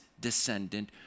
descendant